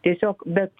tiesiog bet